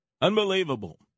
Unbelievable